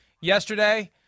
yesterday